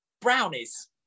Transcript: brownies